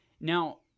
Now